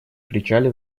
кричали